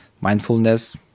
mindfulness